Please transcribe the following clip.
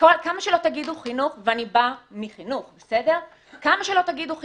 וכמה שלא תגידו חינוך ואני באה מחינוך כמה שלא תגידו חינוך,